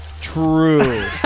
True